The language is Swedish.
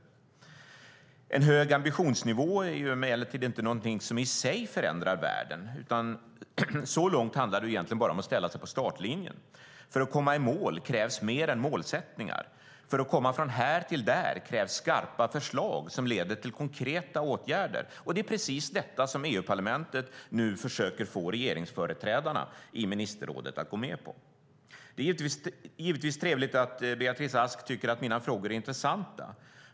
En hög ambitionsnivå är emellertid inte något som i sig förändrar världen. Så långt handlar det egentligen bara om att ställa sig på startlinjen. För att komma i mål krävs mer än målsättningar. För att komma från "här" till "där" krävs skarpa förslag som leder till konkreta åtgärder. Det är precis detta som EU-parlamentet nu försöker få regeringsföreträdarna i ministerrådet att gå med på. Det är givetvis trevligt att Beatrice Ask tycker att mina frågor är intressanta.